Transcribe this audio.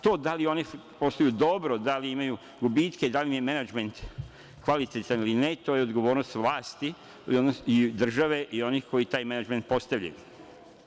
To do dali oni posluju dobro, da li imaju gubitke, da li im je menadžment kvalitetan ili ne, to je odgovornost vlasti, države i onih koji taj menadžment postavljaju.